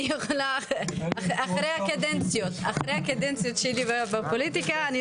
אחרי הקדנציות שלי בפוליטיקה,